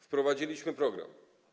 Wprowadziliśmy program.